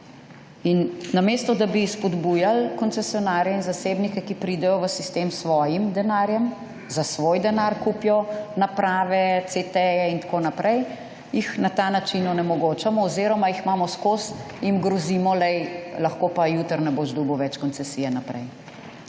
In, namesto, da bi spodbujali koncesionarje in zasebnike, ki pridejo v sistem s svojim denarjem, za svoj denar kupijo naprave, CT in tako naprej, jih na ta način onemogočamo oziroma jih imamo skoz, jim gorimo, lej, lahko pa jutri ne boš dobil več koncesije naprej.